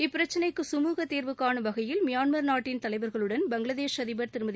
இப்பிரச்சினைக்கு கமூக தீர்வு காணும் வகையில் மியான்மர் நாட்டின் தலைவர்களுடன் பங்களாதேஷ் அதிபர் திருமதி